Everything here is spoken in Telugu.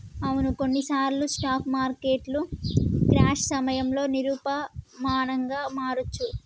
అవును కొన్నిసార్లు స్టాక్ మార్కెట్లు క్రాష్ సమయంలో నిరూపమానంగా మారొచ్చు